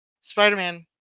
Spider-Man